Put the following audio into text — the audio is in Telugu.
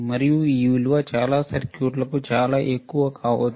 మరియు ఈ విలువ చాలా సర్క్యూట్లకు చాలా ఎక్కువ కావచ్చు